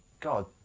God